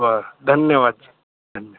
बरं धन्यवाद सर धन्यवाद